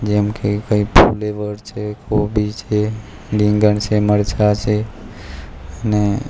જેમકે કંઈક ફુલેવર છે કોબીજ છે રીંગણ છે મરચાં છે અને